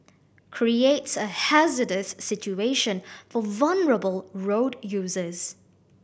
creates a hazardous situation for vulnerable road users